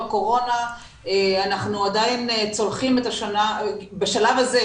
הקורונה אנחנו עדיין צולחים את השנה בשלב הזה,